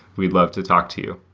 we'd love to talk to you.